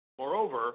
Moreover